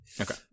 Okay